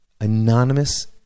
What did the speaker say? anonymous